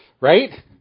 right